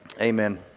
Amen